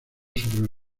sobre